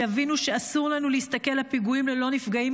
שיבינו שאסור לנו להסתכל על פיגועים ללא נפגעים